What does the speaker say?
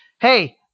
Hey